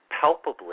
palpably